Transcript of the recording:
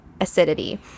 acidity